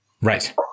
Right